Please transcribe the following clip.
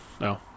No